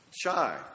shy